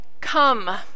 Come